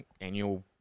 annual